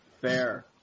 Fair